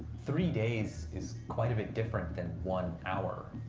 three days is quite a bit different than one hour.